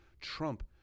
Trump